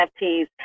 nfts